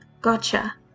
gotcha